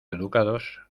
educados